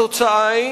התוצאה היא